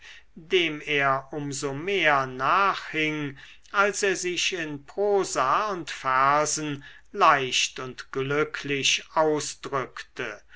dem er um so mehr nachhing als er sich in prosa und versen leicht und glücklich ausdrückte